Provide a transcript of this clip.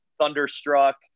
thunderstruck